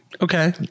okay